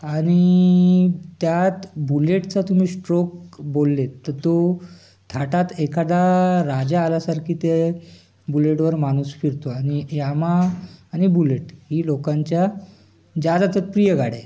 आणि त्यात बुलेटचा तुम्ही स्ट्रोक बोलले आहेत तर तो थाटात एकादा राजा आल्यासारखी ते बुलेटवर माणूस फिरतो आणि यामा आणि बुलेट ही लोकांच्या ज्यादातर प्रिय गाड्या आहेत